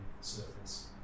surface